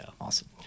Awesome